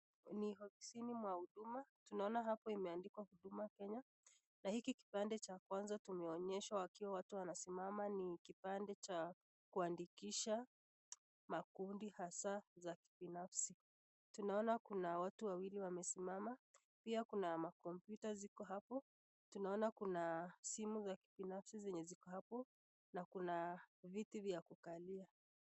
Ni ofisini mwa huduma tunaona hapo imeandikwa huduma Kenya na hiki kipande cha kwanza tumeonyeshwa watu wenye wanasimama ni kipande cha kuandikisha makundi hasa za kibinafsi, tunaona kuna watu wawili wamesimama pia kuna makopyuta ziko hapo, tunaona kuna simu ya kibinafsi ziko hapo na pia kuna viti vya kukalia.